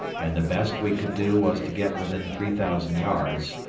and the best we could do was to get within three thousand yards,